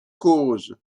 causes